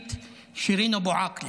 העיתונאית שירין אבו עאקלה,